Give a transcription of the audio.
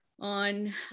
on